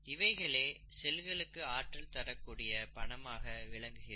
இவைகளே செல்களுக்கு ஆற்றல் தரக்கூடிய பணமாக விளங்குகிறது